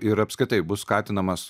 ir apskritai bus skatinamas